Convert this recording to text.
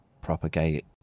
propagate